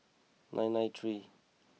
nine nine three